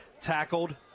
tackled